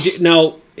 now